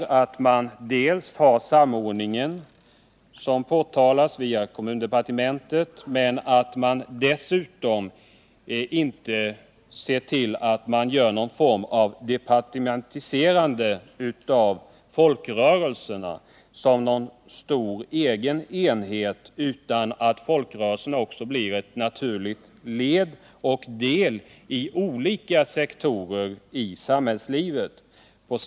Även om vi får en viss samordning via kommundepartementet, som det uttryckts önskemål om, bör folkrörelserna inte koncentreras till endast en stor egen enhet inom ett departement, utan folkrörelserna bör vara ett naturligt led i arbetet inom olika depatementsområden samt inom olika sektorer av samhällslivet i övrigt.